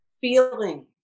feeling